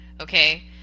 okay